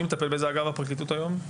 מי מטפל בזה בפרקליטות היום?